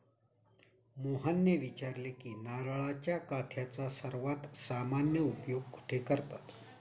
मोहनने विचारले की नारळाच्या काथ्याचा सर्वात सामान्य उपयोग कुठे करतात?